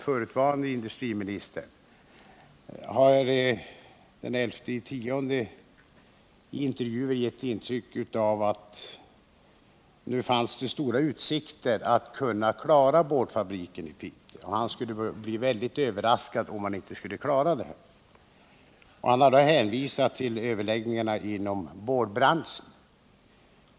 Förre industriministern Huss har den 11 oktober i en intervju gett intryck av att det fanns stora utsikter att klara boardfabriken i Piteå, och han skulle bli väldigt överraskad om man inte klarade den. Han har då hänvisat till överläggningarna inom boardbranschen.